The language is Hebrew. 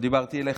לא דיברתי אליך,